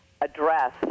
address